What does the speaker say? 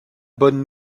bonne